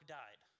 died